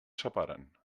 separen